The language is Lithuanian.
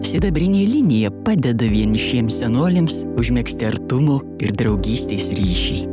sidabrinė linija padeda vienišiems senoliams užmegzti artumo ir draugystės ryšį